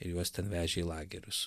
ir juos ten vežė į lagerius